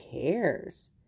cares